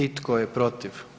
I tko je protiv?